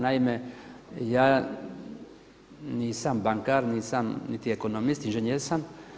Naime, ja nisam bankar, nisam niti ekonomist, inženjer sam.